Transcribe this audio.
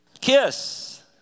Kiss